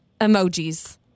emojis